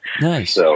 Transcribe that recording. Nice